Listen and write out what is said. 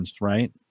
right